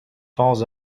falls